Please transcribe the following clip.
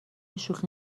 شوخی